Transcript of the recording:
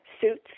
suits